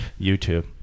YouTube